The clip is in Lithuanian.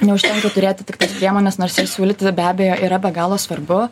neužtenka turėti tik tas priemones nors ir siūlyti be abejo yra be galo svarbu